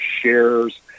shares